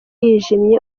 yijimye